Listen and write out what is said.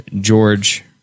George